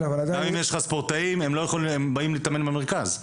גם אם יש ספורטאים הם באים להתאמן במרכז.